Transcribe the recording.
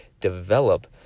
develop